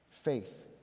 Faith